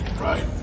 right